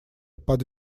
под